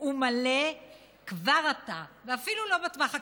ומלא כבר עתה, ואפילו לא בטווח הקצר.